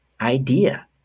idea